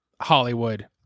Hollywood